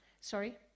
Sorry